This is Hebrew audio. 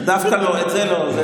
דווקא את זה לא.